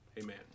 Amen